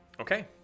Okay